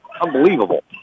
unbelievable